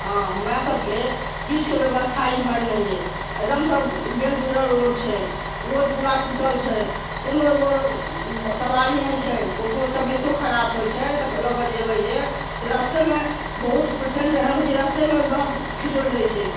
हँ हमरा सबके किछुके व्यवस्था एमहर नहि अइ एगदमसँ गेल गुजरल रोड छै रोड पूरा टूटल छै कोनो एगो सवारी नहि छै ककरो तबियतो खराब होइ छै तऽ लअ कऽ जेबै जे से रस्तेमे बहुत पेशेंट एहन होइ छै रस्तेमे दाँत खिसोटि दै छै